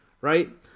right